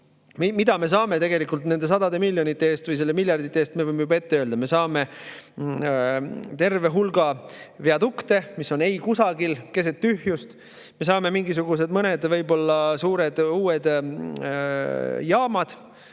Mida me saame tegelikult nende sadade miljonite eest või miljardite eest, me võime juba ette öelda: me saame terve hulga viadukte, mis on kusagil keset tühjust, me saame mingisugused mõned võib-olla suured uued jaamad,